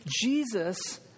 Jesus